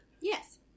Yes